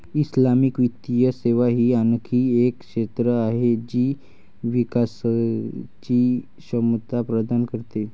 Islamic वित्तीय सेवा ही आणखी एक क्षेत्र आहे जी विकासची क्षमता प्रदान करते